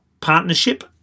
partnership